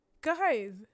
Guys